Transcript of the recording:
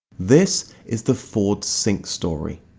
this is the ford sync story.